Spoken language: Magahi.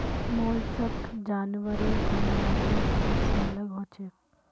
मोलस्क जानवरेर साम्राज्यत सबसे अलग हछेक